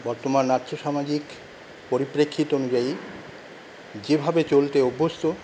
বর্তমান আর্থসামাজিক পরিপ্রেক্ষিত অনুযায়ী যেভাবে চলতে অভ্যস্ত